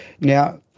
now